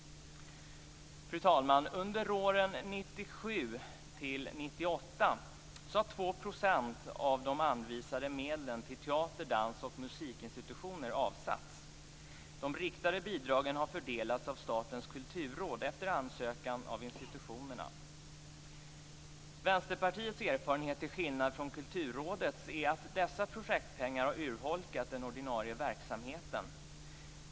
Fru talman! Under åren 1997-1998 har 2 % av de anvisade medlen till teater, dans och musikinstitutioner avsatts. De riktade bidragen har fördelats av Statens kulturråd efter ansökan av institutionerna. Vänsterpartiets erfarenhet är till skillnad från Kulturrådets att dessa projektpengar har urholkat den ordinarie verksamheten.